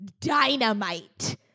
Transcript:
dynamite